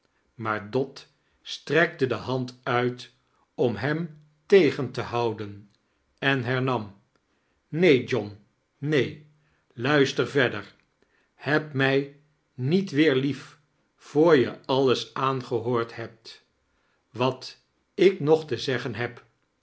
maar dot strekte de hand uit om hem tegen te houden en hemam neen john aeen luister verder heb mij niet weer lief voor je alles aangehoord hebt wat ik nog te zeggen heb